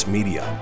Media